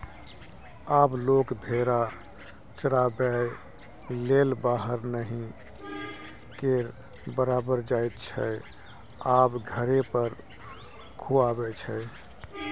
आब लोक भेरा चराबैलेल बाहर नहि केर बराबर जाइत छै आब घरे पर खुआबै छै